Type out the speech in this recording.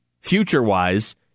future-wise